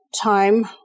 Time